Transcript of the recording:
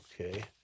Okay